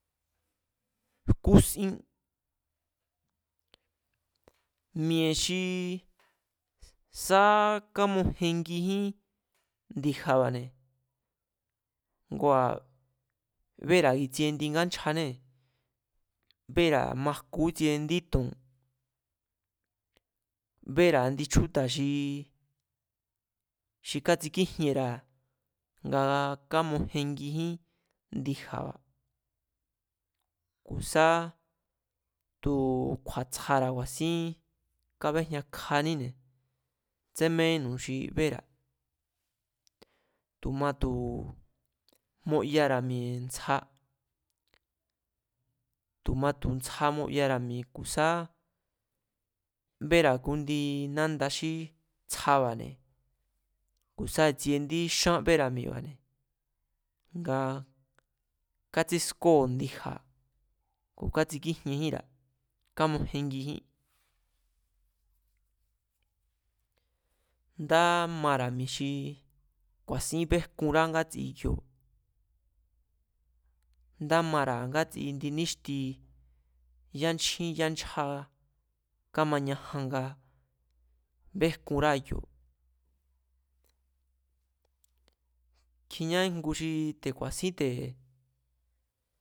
Jkúsín. Mi̱e̱ xi sá kamojengijín ndi̱ja̱ba̱ne̱, ngua̱ béra̱ i̱tsie indi ngánchjanée̱, béra̱ majku ítsie indí to̱n, béra̱ indi chjúta̱ xi xi kátsikíjienra̱ nga kámojengijín ndi̱ja̱ba̱. Ku̱ sá tu̱ kju̱a̱tsjara̱ ku̱a̱sín kabejñkjaníne̱ tsémejínnu̱ xi béra̱, tu̱ ma tu̱ moyara̱ mi̱e̱ ntsja. Tu̱ ma tu̱ tsja moyara̱ mi̱e̱ ku̱ sá béra̱ i̱tsie indi nánda xí tsjaba̱ne̱ ku̱ sá i̱tsie indí xán bera̱ mi̱e̱ba̱ne̱, nga kátsískóo̱ ndi̱ja̱ ku̱ kátsikíjienjínra̱ kámojengijín, ndá mara̱ mi̱e̱ xi ku̱a̱sín bejkurá ngátsi kioo̱, ndá mara̱ ngátsi indi níxti, yánchjín yánchjá kámañajan nga bejkunrá ikioo̱, kjiñá íngu xi te̱ ku̱a̱sín te̱